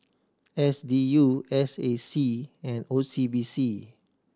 S D U S A C and O C B C